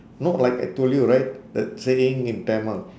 no like I told you right that saying in tamil